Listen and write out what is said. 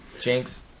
Jinx